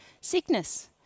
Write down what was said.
Sickness